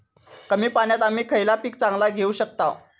कमी पाण्यात आम्ही खयला पीक चांगला घेव शकताव?